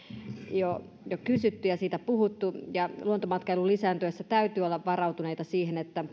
jo kysytty ja siitä puhuttu luontomatkailun lisääntyessä täytyy olla varautuneita siihen että